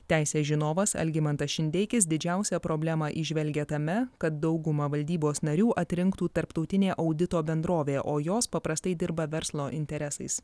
teisės žinovas algimantas šindeikis didžiausią problemą įžvelgia tame kad dauguma valdybos narių atrinktų tarptautinė audito bendrovė o jos paprastai dirba verslo interesais